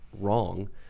wrong